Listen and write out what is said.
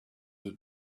that